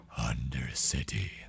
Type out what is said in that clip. undercity